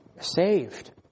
saved